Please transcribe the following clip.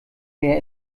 mehr